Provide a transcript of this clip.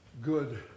good